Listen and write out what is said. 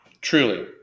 Truly